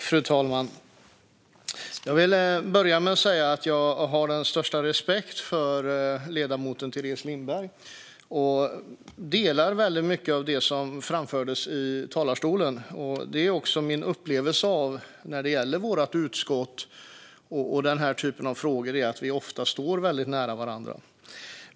Fru talman! Jag vill börja med att säga att jag har den största respekt för ledamoten Teres Lindberg. Jag delar mycket av det som framfördes i talarstolen, och det är också min upplevelse när det gäller vårt utskott och den här typen av frågor att vi ofta står väldigt nära varandra.